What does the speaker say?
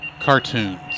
Cartoons